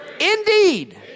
indeed